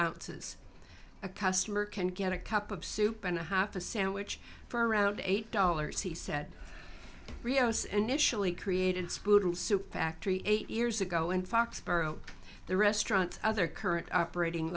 ounces a customer can get a cup of soup and a half a sandwich for around eight dollars he said rios initially created student soup actory eight years ago in foxboro the restaurant other current operating